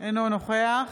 אינו נוכח